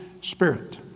Spirit